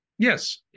Yes